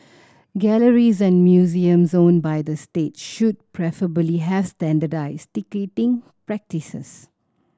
galleries and museums owned by the state should preferably have standardised ticketing practices